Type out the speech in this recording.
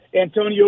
Antonio